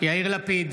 יאיר לפיד,